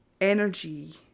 energy